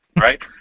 right